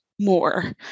more